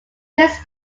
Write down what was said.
his